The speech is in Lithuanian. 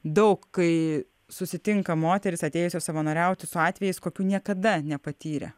daug kai susitinka moterys atėjusios savanoriauti su atvejais kokių niekada nepatyrė